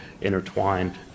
intertwined